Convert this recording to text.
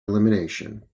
elimination